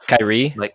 Kyrie